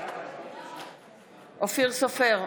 בעד אופיר סופר,